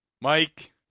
Mike